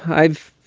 i've.